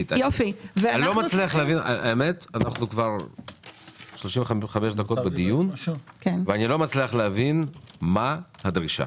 הדיון מתקיים כבר 35 דקות ואני לא מצליח להבין מה הדרישה.